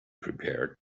prepared